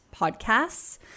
podcasts